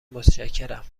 متشکرم